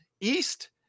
East